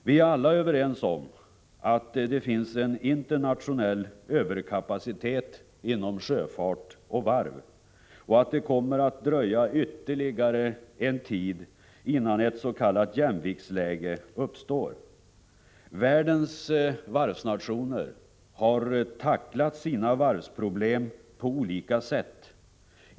Vi är alla överens om att det finns en internationell överkapacitet inom sjöfartsoch varvsnäringen och att det kommer att dröja ytterligare en tid innan ett s.k. jämviktsläge uppstår. Världens varvsnationer har tacklat sina varvsproblem på olika sätt.